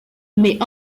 mais